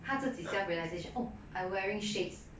他自己 self realization oh I wearing shades